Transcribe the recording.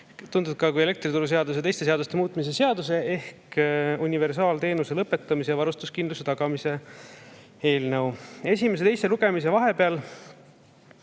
tuntud ka kui elektrituruseaduse ja teiste seaduste muutmise seaduse ehk universaalteenuse lõpetamise ja varustuskindluse tagamise eelnõu. [Veidi] esimese ja teise lugemise vahepeal